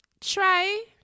Try